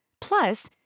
Plus